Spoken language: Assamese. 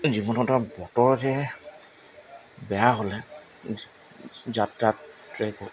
জীৱনত আৰু বতৰ যে বেয়া হ'লে যাত্ৰাত ট্ৰেকত